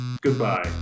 Goodbye